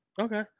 Okay